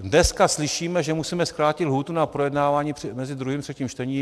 Dneska slyšíme, že musíme zkrátit lhůtu na projednávání mezi druhým a třetím čtením.